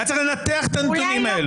היה צריך לנתח את הנתונים האלו.